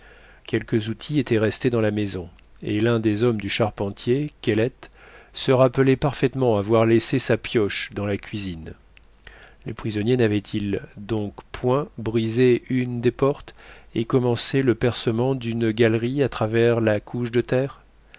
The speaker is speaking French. quelques outils étaient restés dans la maison et l'un des hommes du charpentier kellet se rappelait parfaitement avoir laissé sa pioche dans la cuisine les prisonniers n'avaient-ils donc point brisé une des portes et commencé le percement d'une galerie à travers la couche de terre